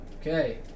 Okay